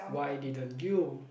why didn't you